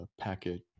packet